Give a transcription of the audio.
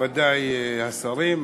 נכבדי השרים,